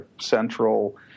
central